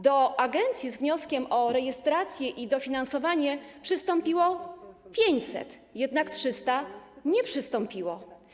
Do agencji z wnioskiem o rejestrację i dofinansowanie przystąpiło 500, jednak 300 nie przystąpiło.